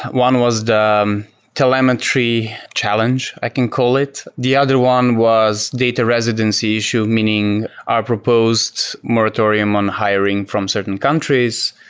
one was the um telemetry challenge, i can call it. the other one was data residency issue, meaning our proposed moratorium on hiring from certain countries.